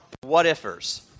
what-ifers